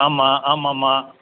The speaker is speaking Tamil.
ஆமாம் ஆமாம்மா